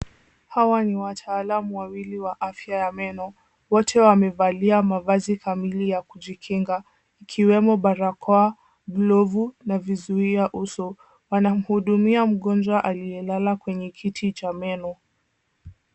Hawa ni wataalamu wawili wa afya ya meno. Wote wamevalia mavazi kamili ya kujikinga ikiwemo barakoa, glovu na vizuia uso. Wanamhudumia mgonjwa aliye lala kwenye kiti cha meno.